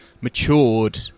matured